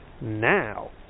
Now